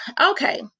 Okay